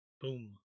Boom